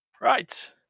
Right